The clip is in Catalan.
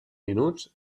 minuts